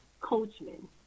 Coachman